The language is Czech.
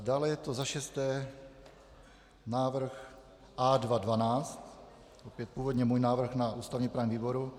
Dále je to za šesté návrh A2.12, opět původně můj návrh na ústavněprávním výboru.